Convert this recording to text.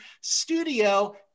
studio